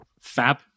fab